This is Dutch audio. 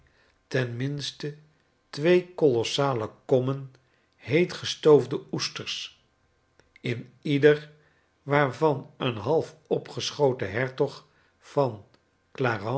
minste twee kolossalen kommen heet gestoofde oesters in ieder waarvan een half opgeschoten hertog van